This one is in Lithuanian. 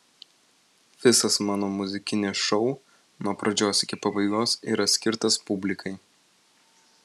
visas mano muzikinis šou nuo pradžios iki pabaigos yra skirtas publikai